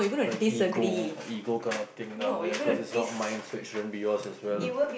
a ego a ego kind of thing down there cause it's not mine so it shouldn't be yours as well